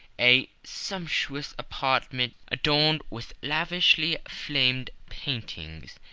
a sumptuous apartment adorned with lavishly-framed paintings.